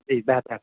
جی بہتر